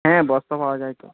হ্যাঁ বস্তা পাওয়া যায় তো